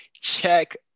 check